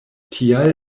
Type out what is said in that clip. tial